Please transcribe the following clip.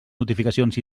notificacions